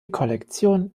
kollektion